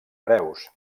hereus